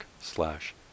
slash